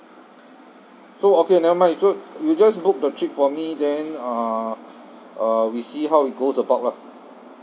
so okay never mind so you just book the trip for me then uh uh we see how it goes about lah